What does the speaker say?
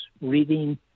reading